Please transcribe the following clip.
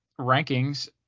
rankings